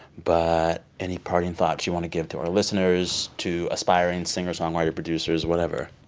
but any parting thoughts you want to give to our listeners, to aspiring singer-songwriter, producers, whatever?